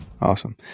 Awesome